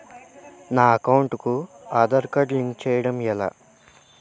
నా అకౌంట్ కు Aadhaar card link చేయడం ఎలా?